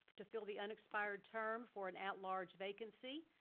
to fill the unexpired term for an outlarge vacancy.